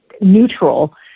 neutral